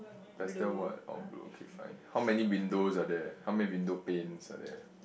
that still what or blue okay fine how many windows are there how many window panes are there